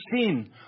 sin